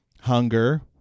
hunger